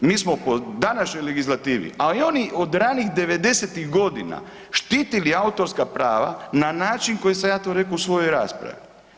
Mi smo po današnjoj legislativi, ali i oni od ranih '90.-tih godina štitili autorska prava na način koji sam to rekao u svojoj raspravi.